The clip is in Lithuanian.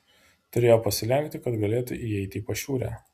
turėjo pasilenkti kad galėtų įeiti į pašiūrę